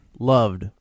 loved